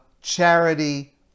charity